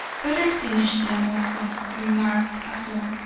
better finish them also, remarked a fourth,